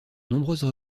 nombreuses